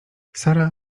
sara